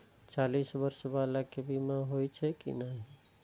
चालीस बर्ष बाला के बीमा होई छै कि नहिं?